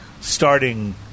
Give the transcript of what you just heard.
starting